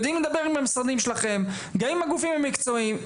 עם המשרדים שלכם וגם עם הגופים המקצועיים.